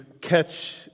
catch